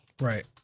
right